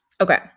okay